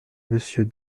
monsieur